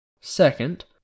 Second